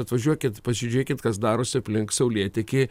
atvažiuokit pažiūrėkit kas darosi aplink saulėtekį